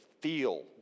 feel